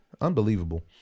Unbelievable